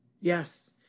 Yes